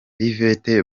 yvette